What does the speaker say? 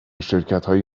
شرکتهایی